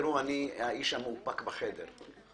ראו, אני האיש המאופק בחדר.